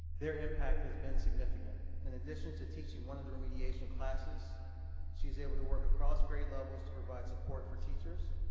their impact has been significant. in addition to teaching one of the remediation classes she's able to work across grade levels to provide support for teachers,